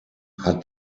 hat